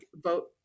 vote